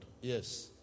Yes